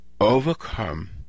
overcome